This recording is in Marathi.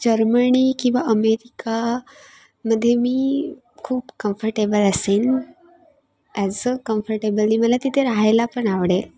जर्मणी किंवा अमेरिका मध्ये मी खूप कम्फर्टेबल असेन ॲज अ कम्फर्टेबली मला तिथे राहायला पण आवडेल